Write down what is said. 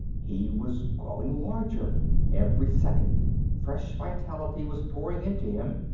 he was growing larger every second fresh vitality was pouring into him.